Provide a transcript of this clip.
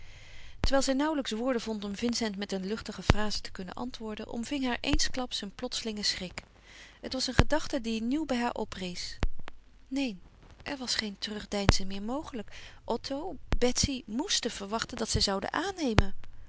terwijl zij nauwelijks woorden vond om vincent met een luchtige fraze te kunnen antwoorden omving haar eensklaps een plotselinge schrik het was een gedachte die nieuw bij haar oprees neen er was geen terugdeinzen meer mogelijk otto betsy moesten verwachten dat zij zoude aannemen